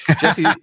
Jesse